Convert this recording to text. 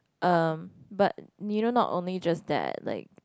um but you know not only just that like